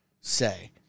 say